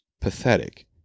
pathetic